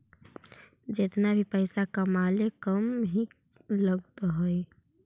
जेतना भी पइसा कमाले कम ही लग हई